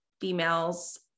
females